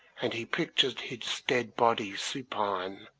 and he pictured his dead body supine,